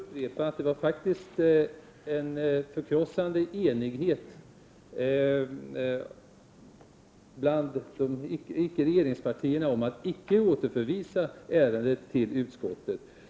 Herr talman! Jag vill upprepa för Erling Bager att det faktiskt var en förkrossande enighet bland icke-regeringspartierna om att icke återförvisa ärendet till utskottet.